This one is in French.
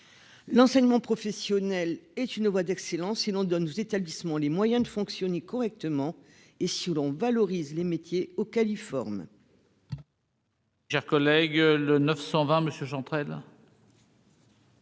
l'enseignement professionnel est une voie d'excellence, si l'on donne aux établissements les moyens de fonctionner correctement, et si l'on valorise les métiers aux Californie.